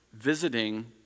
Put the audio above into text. visiting